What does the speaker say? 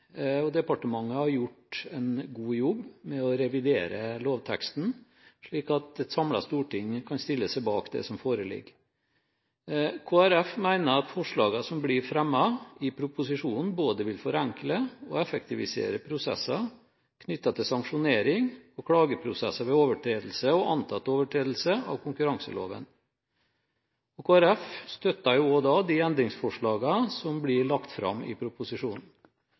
og departementet har gjort en god jobb med å revidere lovteksten, slik at et samlet storting kan stille seg bak det som foreligger. Kristelig Folkeparti mener at forslagene som blir fremmet i proposisjonen, vil både forenkle og effektivisere prosesser knyttet til sanksjonering og klageprosesser ved overtredelse og antatt overtredelse av konkurranseloven. Kristelig Folkeparti støtter de endringsforslagene som blir lagt fram i proposisjonen.